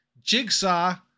Jigsaw